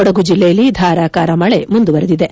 ಕೊಡಗು ಜಿಲ್ಲೆಯಲ್ಲಿ ಧಾರಾಕಾರ ಮಳೆ ಮುಂದುವರೆದಿದೆ